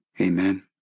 Amen